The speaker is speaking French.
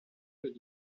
règle